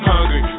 Hungry